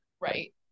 Right